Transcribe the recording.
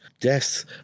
deaths